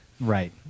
Right